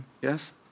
yes